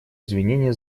извинения